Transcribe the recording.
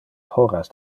horas